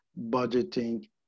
budgeting